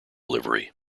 livery